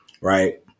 right